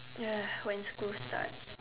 ya when school starts